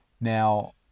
Now